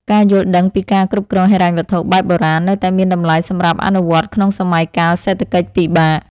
ការយល់ដឹងពីការគ្រប់គ្រងហិរញ្ញវត្ថុបែបបុរាណនៅតែមានតម្លៃសម្រាប់អនុវត្តក្នុងសម័យកាលសេដ្ឋកិច្ចពិបាក។